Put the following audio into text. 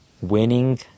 winning